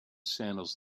sandals